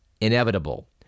inevitable